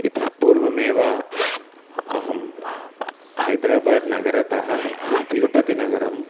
इतः पूर्वमेव अहं हैद्राबाद् नगरतः तिरुपति नगरं